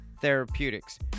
Therapeutics